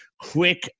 Quick